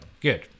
Good